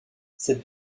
cette